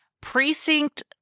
Precinct